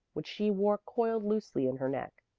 which she wore coiled loosely in her neck.